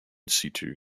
situ